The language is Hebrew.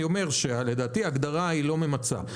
אני אומר שלדעתי ההגדרה לא ממצה.